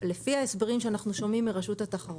לפי ההסברים שאנחנו שומעים מרשות התחרות,